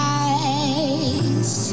eyes